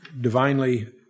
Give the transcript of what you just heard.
divinely